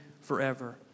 forever